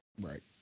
Right